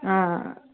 ആ